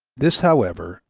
this, however,